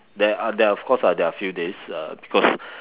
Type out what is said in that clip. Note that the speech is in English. there are there are of course lah there are a few days uh because